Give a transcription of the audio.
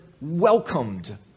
welcomed